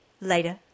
later